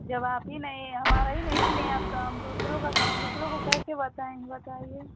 जब आप ही नहीं हमारा ही नहीं सिलीं हैं आप तो हम दूसरों का दूसरों को कैसे बताएँगे बताइए